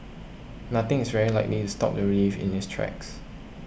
nothing is very likely to stop the relief in its tracks